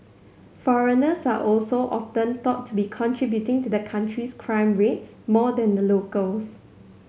foreigners are also often thought to be contributing to the country's crime rates more than the locals